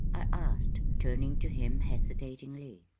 i asked, turning to him hesitatingly.